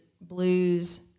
blues